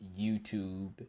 YouTube